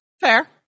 Fair